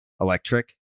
Electric